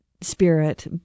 Spirit